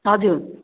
हजुर